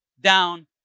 down